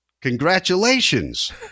congratulations